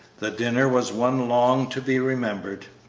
the dinner was one long to be remembered.